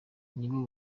nabo